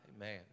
Amen